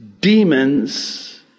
demons